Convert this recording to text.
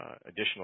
additional